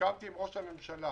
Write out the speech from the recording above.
וסיכמתי עם ראש הממשלה,